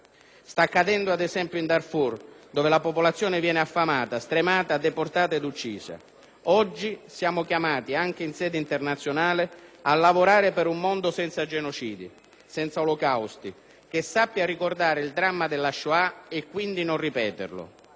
Sta accadendo ad esempio in Darfur, dove la popolazione viene affamata, stremata, deportata ed uccisa. Oggi siamo chiamati, anche in sede internazionale, a lavorare per un mondo senza genocidi, senza olocausti, che sappia ricordare il dramma della Shoah e quindi non ripeterlo.